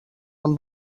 amb